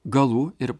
galų ir